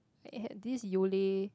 had had this Yole